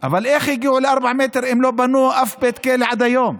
אבל איך הגיעו ל-4 מ"ר אם לא בנו אף בית כלא עד היום?